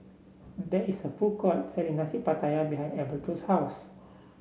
there is a food court selling Nasi Pattaya behind Alberto's house